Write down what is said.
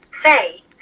Say